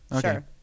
Sure